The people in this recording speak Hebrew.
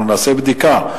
אנחנו נעשה בדיקה.